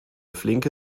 flinke